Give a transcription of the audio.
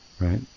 Right